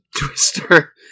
Twister